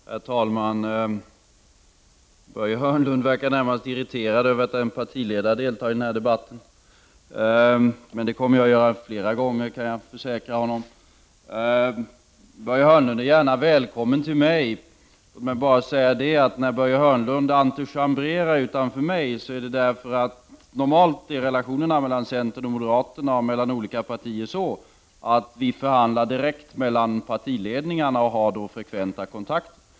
Herr talman! Börje Hörnlund verkar närmast irriterad över att en partiledare deltar i debatten. Men jag kan försäkra honom om att jag kommer att göra det flera gånger. Börje Hörnlund är välkommen till mig. Men när Börje Hörnlund antichambrerar utanför min dörr beror detta på att relationerna mellan centern och moderaterna, och mellan olika partier i övrigt, normalt är så att vi förhandlar direkt mellan partiledningarna och då har frekventa kontakter.